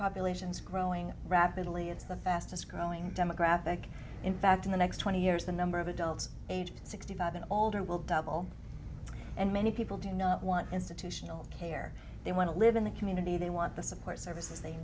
population is growing rapidly it's the fastest growing demographic in fact in the next twenty years the number of adults aged sixty five and older will double and many people do not want institutional care they want to live in the community they want the support services they